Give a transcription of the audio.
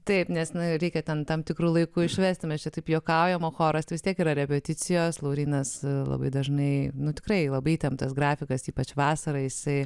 taip nes nereikia ten tam tikru laiku išvesti mes čia taip juokaujama choras vis tiek yra repeticijos laurynas labai dažnai nu tikrai labai įtemptas grafikas ypač vasarą jisai